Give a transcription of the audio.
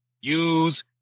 use